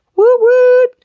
woot! woot!